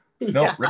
no